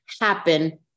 happen